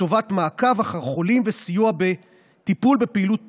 לשם מעקב אחר חולים וסיוע בטיפול בפעילות פולשנית.